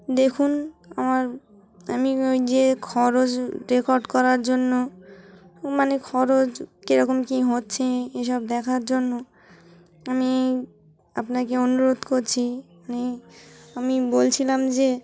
দেখুন আমার আমি ওই যে খরচ রেকর্ড করার জন্য মানে খরচ কীরকম কী হচ্ছে এসব দেখার জন্য আমি আপনাকে অনুরোধ করছি মানে আমি বলছিলাম যে